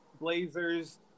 Blazers